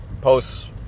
posts